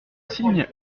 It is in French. signe